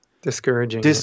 discouraging